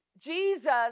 Jesus